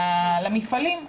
למפעלים.